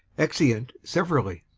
exeunt severally